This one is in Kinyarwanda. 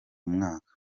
mwaka